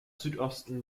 südosten